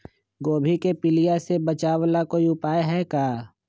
गोभी के पीलिया से बचाव ला कोई उपाय है का?